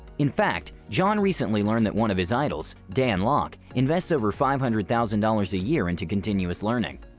in fact, john recently learned that one of his idols, dan lok, invests over five hundred thousand dollars a year into continuous learning.